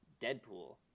Deadpool